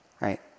right